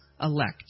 elect